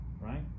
right